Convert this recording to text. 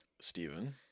Stephen